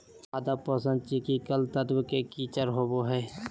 पादप पोषक चिकिकल तत्व के किचर होबो हइ